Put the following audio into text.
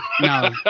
No